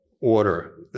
order